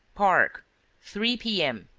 park three p. m.